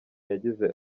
yagize